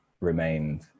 remained